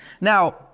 Now